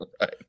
Right